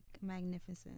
magnificent